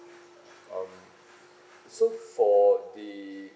um so for the